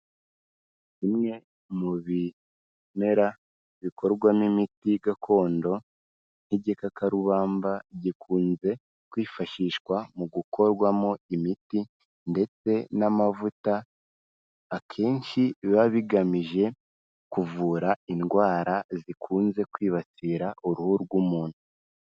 Kimwe mu bimera bikorwamo imiti gakondo nk'igikakarubamba gikunze kwifashishwa mu gukorwamo imiti ndetse n'amavuta, akenshi biba bigamije kuvura indwara zikunze kwibasira uruhu rw'umuntu.